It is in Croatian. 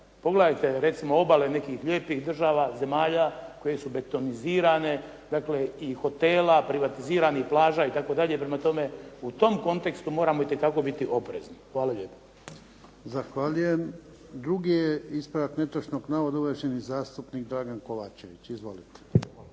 Pogledajte recimo obale nekih lijepih država, zemalja koje su betonizirane, dakle i hotela, privatiziranih plaža itd. Prema tome u tom kontekstu moramo itekako biti oprezni. Hvala lijepo. **Jarnjak, Ivan (HDZ)** Zahvaljujem. Drugi je ispravak netočnog navoda, uvaženi zastupnik Dragan Kovačević. Izvolite.